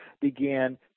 began